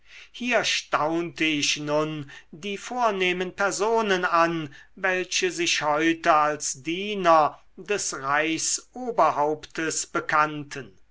hier staunte ich nun die vornehmen personen an welche sich heute als diener des reichsoberhauptes bekannten